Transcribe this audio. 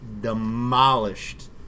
demolished